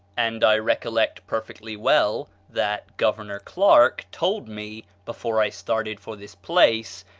and i recollect perfectly well that governor clarke told me, before i started for this place,